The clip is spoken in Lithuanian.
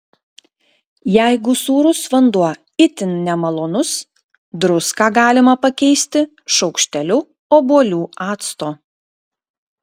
jeigu sūrus vanduo itin nemalonus druską galima pakeisti šaukšteliu obuolių acto